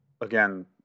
again